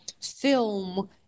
film